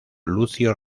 lucio